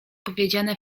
powiedziane